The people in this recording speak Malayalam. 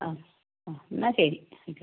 ആ ആ എന്നാൽ ശരി ആയിക്കോട്ടേ